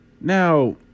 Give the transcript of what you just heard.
Now